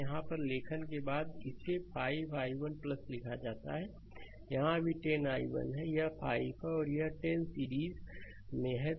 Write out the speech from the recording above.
यहाँ पर लेखन बाद में इसे 5 i1 लिखा जाता है यह भी 10 i1 है यह 5 है और 10 सीरीज में हैं